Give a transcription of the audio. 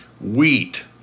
wheat